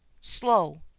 slow